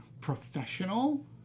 professional